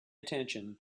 attention